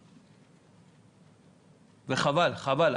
וחבל, חבל.